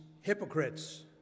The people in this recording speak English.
hypocrites